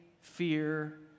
fear